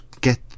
get